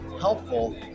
helpful